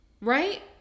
Right